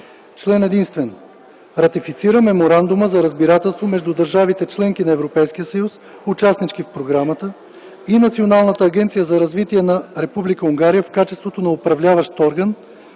Член единствен. Ратифицира Меморандума за разбирателство между държавите – членки на Европейския съюз, участнички в програмата, и Националната агенция за развитие на Република Унгария в качеството на Управляващ орган,